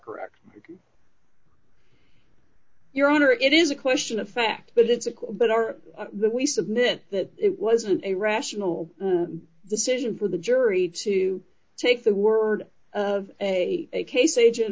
correct your honor it is a question of fact but it's a quick but are we submit that it wasn't a rational decision for the jury to take the word of a case agent